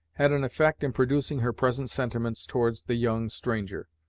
had an effect in producing her present sentiments towards the young stranger.